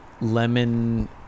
lemon